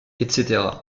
etc